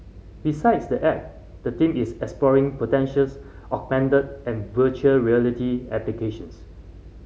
besides the app the team is exploring potentials augmented and virtual reality applications